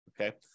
okay